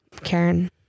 karen